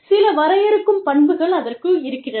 சில வரையறுக்கும் பண்புகள் அதற்கு இருக்கிறது